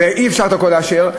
ואי-אפשר לאשר את הכול,